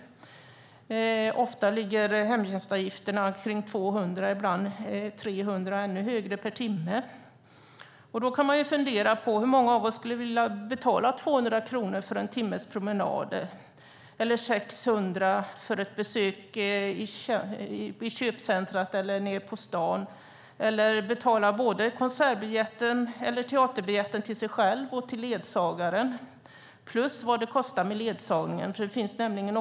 Ofta ligger hemtjänstavgifterna på 200 eller 300 kronor per timme. Hur många av oss skulle vilja betala 200 kronor för en timmes promenad eller 600 kronor för ett besök i köpcentrumet eller på stan? Vem har råd att betala både den egna och ledsagarens konsert eller teaterbiljett plus kostnaden för ledsagningen?